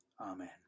amen